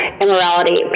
immorality